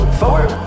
forward